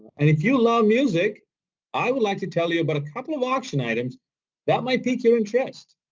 and if you love music i would like to tell you about a couple of auction items that might peak your interest!